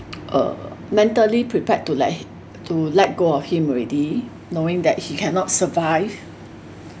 uh mentally prepared to let hi~ to let go of him already knowing that he cannot survive